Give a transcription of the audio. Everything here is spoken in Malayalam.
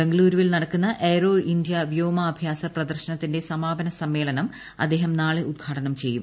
ബംഗളുരുവിൽ നടക്കുന്ന എയ്റോ ഇന്തൃ വ്യോമാഭ്യാസ പ്രദർശനത്തിന്റെ സമാപന സമ്മേളനം അദ്ദേഹം നാളെ ഉദ്ഘാടനം ചെയ്യും